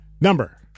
number